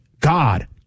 God